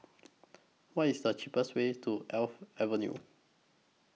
What IS The cheapest Way to Alps Avenue